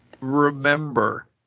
Remember